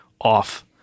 off